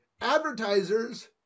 advertisers